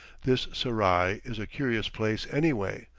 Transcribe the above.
this serai is a curious place, anyway.